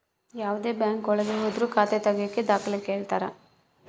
ಯಾವ್ದೇ ಬ್ಯಾಂಕ್ ಒಳಗ ಹೋದ್ರು ಖಾತೆ ತಾಗಿಯಕ ದಾಖಲೆ ಕೇಳ್ತಾರಾ